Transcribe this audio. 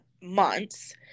months